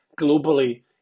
globally